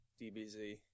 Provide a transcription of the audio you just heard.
DBZ